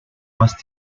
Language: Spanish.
más